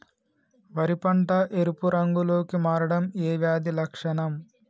వరి పంట ఎరుపు రంగు లో కి మారడం ఏ వ్యాధి లక్షణం?